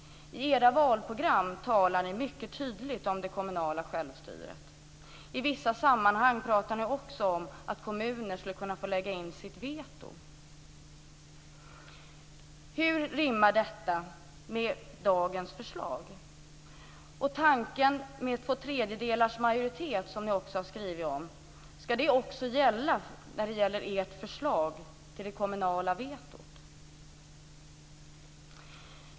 I era valprogram talar ni mycket tydligt om det kommunala självstyret. I vissa sammanhang pratar ni också om att kommuner skulle kunna få lägga in sitt veto. Hur rimmar detta med dagens förslag? Och skall tanken om två tredjedels majoritet, som ni också har skrivit om, även gälla ert förslag till det kommunala vetot?